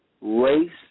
race